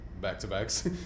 back-to-backs